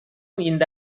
இந்த